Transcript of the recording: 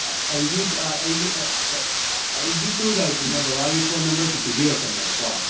ꯑꯩꯒꯤ ꯑꯩꯒꯤ ꯑꯩꯒꯤ ꯇꯨꯔ ꯒꯥꯏꯗꯇꯨꯅ ꯕꯕꯥꯒꯤ ꯐꯣꯟ ꯅꯝꯕꯔꯁꯤ ꯄꯤꯕꯤꯔꯛꯄꯅꯦꯕꯀꯣ